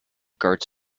guards